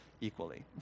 equally